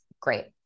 great